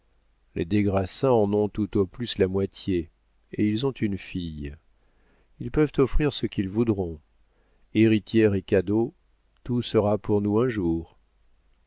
les des grassins en ont tout au plus la moitié et ils ont une fille ils peuvent offrir ce qu'ils voudront héritière et cadeaux tout sera pour nous un jour